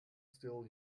still